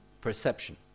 perception